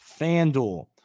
FanDuel